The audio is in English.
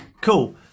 Cool